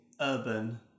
urban